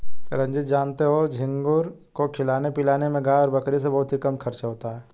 रंजीत जानते हो झींगुर को खिलाने पिलाने में गाय और बकरी से बहुत ही कम खर्च होता है